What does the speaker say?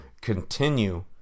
continue